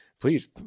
please